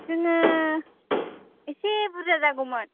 जोङो एसे बुरजा जागौमोन